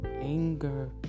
anger